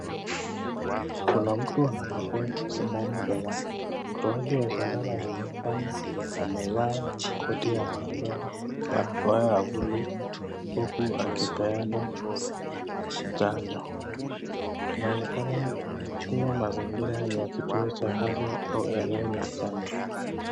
Kuna mtu anapokea sindano balaa mtoaji wa sindano anabebana amevaa koti ya maabara pa ya buluu huku akipeana chanjo inaonekana kuwa mazingira ni ya kituo cha afya au eneo la chanjo.